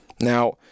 Now